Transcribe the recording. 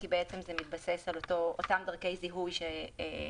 כי זה מתבסס על אותן דרכי זיהוי שכתובות